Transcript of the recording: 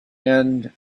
some